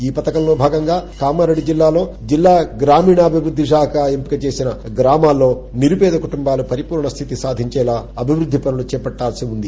ఈ పథకంలో భాగంగా కామారెడ్డి జిల్లా లో జిల్లా గ్రామీణ అభివృద్ది శాఖ ఎంపిక చేసిన గ్రామాల్లో నిరుపేద కుటుంబాలు పరిపూర్ణ స్థితి సాధించేలా అభివృద్ధి పనులు చేపట్టాల్సి ఉంది